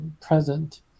present